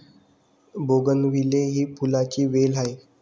bougainvillea ही फुलांची वेल आहे